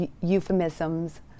euphemisms